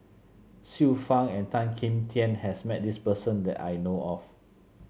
Xiu Fang and Tan Kim Tian has met this person that I know of